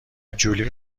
جولی